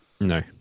No